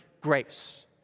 Grace